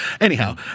Anyhow